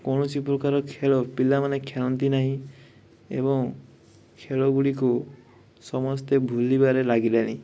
କୌଣସି ପ୍ରକାର ଖେଳ ପିଲାମାନେ ଖେଳନ୍ତି ନାହିଁ ଏବଂ ଖେଳ ଗୁଡ଼ିକୁ ସମସ୍ତେ ଭୁଲିବାରେ ଲାଗିଲେଣି